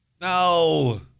No